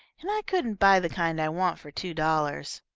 and i couldn't buy the kind i want for two dollars.